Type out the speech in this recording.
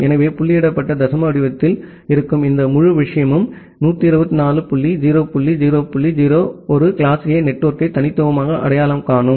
எனவே புள்ளியிடப்பட்ட தசம வடிவத்தில் இருக்கும் இந்த முழு விஷயமும் 126 டாட் 0 டாட் 0 டாட் 0 ஒரு கிளாஸ் A நெட்வொர்க்கை தனித்துவமாக அடையாளம் காணும்